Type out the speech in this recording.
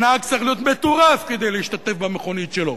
הנהג צריך להיות מטורף כדי להשתתף בהוצאות המכונית שלו,